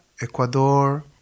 Ecuador